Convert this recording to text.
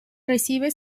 recibe